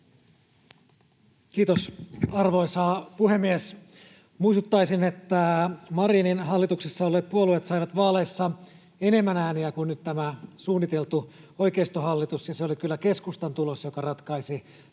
Kiitos, arvoisa puhemies! Muistuttaisin, että Marinin hallituksessa olleet puolueet saivat vaaleissa enemmän ääniä kuin nyt tämä suunniteltu oikeistohallitus ja se oli kyllä keskustan tulos, joka ratkaisi